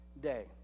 day